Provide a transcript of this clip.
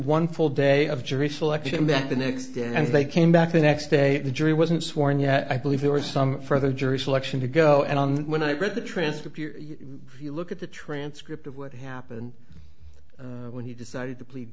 one full day of jury selection that the next day i think came back the next day the jury wasn't sworn yet i believe there were some for the jury selection to go and on when i read the transcript you look at the transcript of what happened when he decided to plead